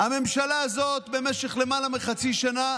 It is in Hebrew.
הממשלה הזאת, במשך למעלה מחצי שנה,